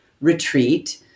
retreat